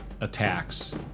attacks